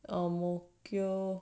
ang mo kio